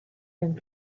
and